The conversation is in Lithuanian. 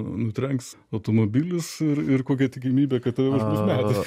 nutrenks automobilis ir ir kokia tikimybė kad tave užgrius medis